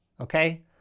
Okay